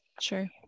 Sure